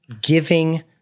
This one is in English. giving